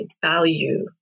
value